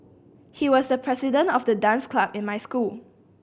he was the president of the dance club in my school